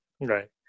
right